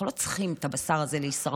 אנחנו לא צריכים את הבשר הזה להישרדות.